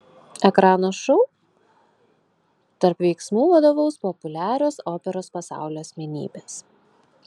ekrano šou tarp veiksmų vadovaus populiarios operos pasaulio asmenybės